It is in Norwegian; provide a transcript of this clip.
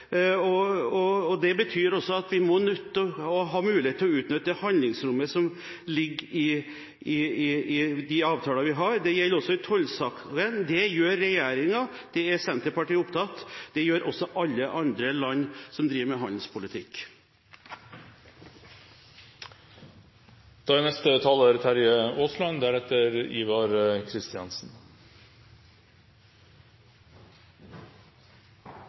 og det betyr også at vi er nødt til å ha en mulighet til å utnytte handlingsrommet som ligger i de avtaler vi har. Det gjelder også i tollsaker. Det gjør regjeringen. Det er Senterpartiet opptatt av. Det gjør også alle andre land som driver med handelspolitikk. Det formelle regelverket og begrunnelsen fra regjeringen for å gjøre det som nå er